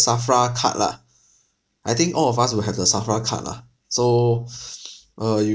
SAFRA card lah I think all of us will have the SAFRA card lah so uh you